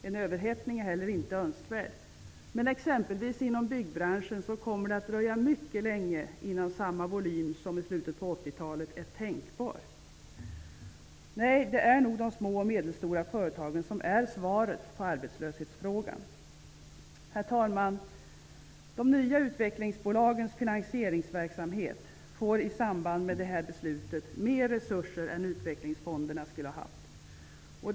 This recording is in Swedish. En överhettning är heller inte önskvärd, men exempelvis inom byggbranschen kommer det att dröja mycket länge innan samma volym som i slutet av 80-talet är tänkbar. Nej, det är nog små och medelstora företag som är svaret på arbetslöshetsfrågan. Herr talman! De nya utvecklingsbolagens finansieringsverksamhet får i samband med detta beslut mer resurser än utvecklingsfonderna skulle ha haft.